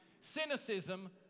Cynicism